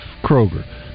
Kroger